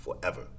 forever